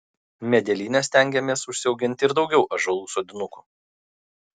medelyne stengiamės užsiauginti ir daugiau ąžuolų sodinukų